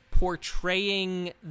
portraying